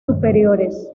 superiores